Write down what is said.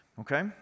okay